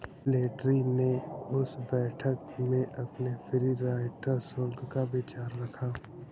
Slattery ने उस बैठक में अपने फ्री राइडर शुल्क का विचार रखा